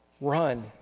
Run